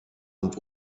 und